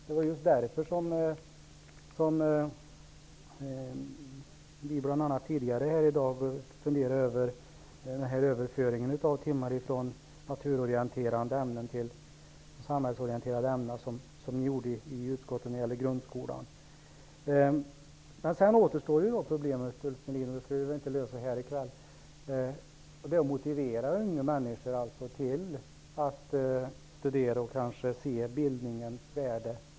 Det var just därför som vi, när det gällde grundskolan tidigare, var fundersamma över överförandet av timmar från naturorienterande ämnen till samhällsorienterande. Det återstår dock ett problem, nämligen att motivera unga människor att studera och se bildningens värde.